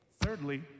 Thirdly